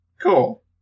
Cool